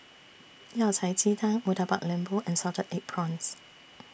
Yao Cai Ji Tang Murtabak Lembu and Salted Egg Prawns